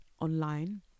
online